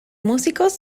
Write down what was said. músicos